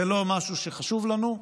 זה לא משהו שחשוב לנו.